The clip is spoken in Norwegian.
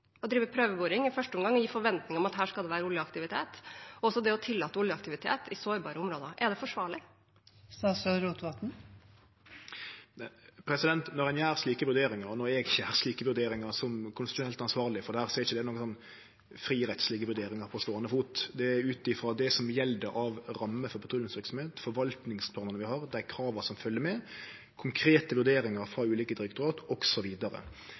å drive prøveboring i første omgang i forventning om at her skal det være oljeaktivitet, og å tillate oljeaktivitet i sårbare områder. Er det forsvarlig? Når ein gjer slike vurderingar, og når eg gjer slike vurderingar som konstitusjonelt ansvarleg for dette, er ikkje det frirettslege vurderingar på ståande fot. Det er ut frå det som gjeld av rammer for petroleumsverksemda, forvaltningplanar vi har, dei krava som følgjer med, konkrete vurderingar frå ulike direktorat,